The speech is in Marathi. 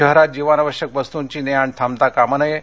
शहरात जीवनावश्यक वस्तूंची ने आण थांबता कामा नये